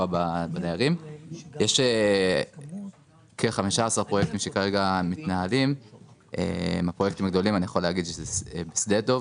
יש כ-15 פרויקטים שכרגע מתנהלים כמו שדה דב,